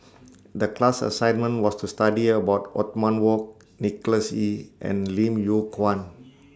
The class assignment was to study about Othman Wok Nicholas Ee and Lim Yew Kuan